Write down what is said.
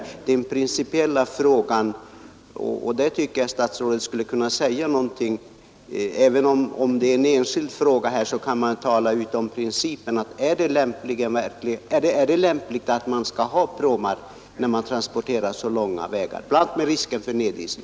Den principiella frågan kvarstår alltså, och jag tycker att statsrådet skulle kunna säga något om den,